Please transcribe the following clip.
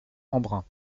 embrun